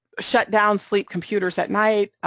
shut down sleep computers at night, ah